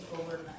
overnight